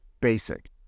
Basic